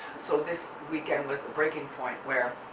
so this weekend was the breaking point where